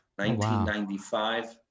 1995